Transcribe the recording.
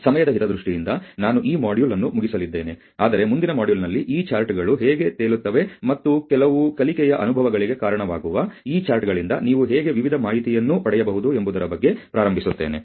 ಸಮಯದ ಹಿತದೃಷ್ಟಿಯಿಂದ ನಾನು ಈ ಮಾಡ್ಯೂಲ್ ಅನ್ನು ಮುಗಿಸಲಿದ್ದೇನೆ ಆದರೆ ಮುಂದಿನ ಮಾಡ್ಯೂಲ್ನಲ್ಲಿ ಈ ಚಾರ್ಟ್ಗಳು ಹೇಗೆ ತೇಲುತ್ತವೆ ಮತ್ತು ಕೆಲವು ಕಲಿಕೆಯ ಅನುಭವಗಳಿಗೆ ಕಾರಣವಾಗುವ ಈ ಚಾರ್ಟ್ಗಳಿಂದ ನೀವು ಹೇಗೆ ವಿವಿಧ ಮಾಹಿತಿಯನ್ನು ಪಡೆಯಬಹುದು ಎಂಬುದರ ಬಗ್ಗೆ ಪ್ರಾರಂಭಿಸುತ್ತೇನೆ